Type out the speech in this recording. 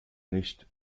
nicht